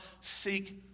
seek